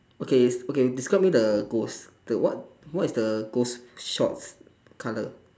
okay okay describe me the ghost okay what what is the ghost shorts colour